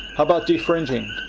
how about defringing?